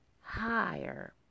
higher